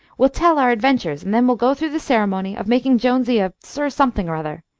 we'll tell our adventures, and then we'll go through the ceremony of making jonesy a sir something or other.